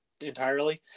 entirely